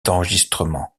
d’enregistrement